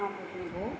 you can go